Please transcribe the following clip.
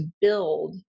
build